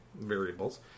variables